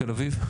תל אביב?